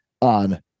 on